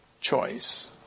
choice